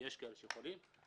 ויש כאלה שהם חולים.